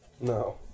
No